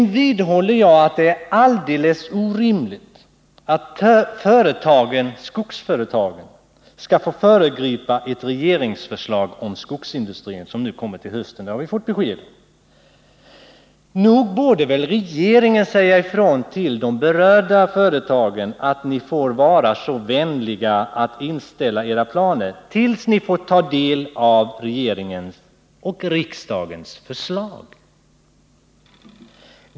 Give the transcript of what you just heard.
Jag vidhåller att det är alldeles orimligt att skogsföretagen skall få föregripa det regeringsförslag som kommer att läggas fram till hösten — det fick vi ju besked om nu. Nog borde väl regeringen säga ifrån till de berörda företagen och tala om att de får vara så vänliga och inställa sina planer tills de får ta del av regeringens och riksdagens förslag?